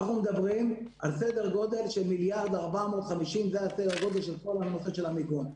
אנחנו מדברים על סדר גודל של 1.450 מיליארד בכל הנושא של המיגון.